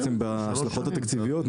בהשלכות התקציביות,